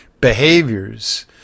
behaviors